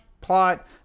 plot